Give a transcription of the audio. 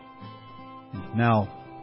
Now